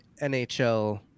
NHL